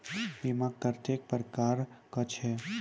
बीमा कत्तेक प्रकारक छै?